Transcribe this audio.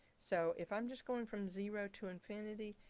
so if i'm just going from zero to infinity.